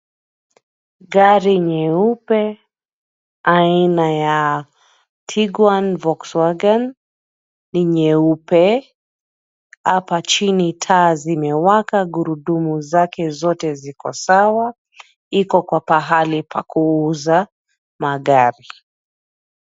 Gari nyeupe, aina ya, Tiguan Volkswagen , ni nyeupe, apa chini taa zimewaka gurudumu zake zote ziko sawa, iko kwa pahali pa kuuza, magari.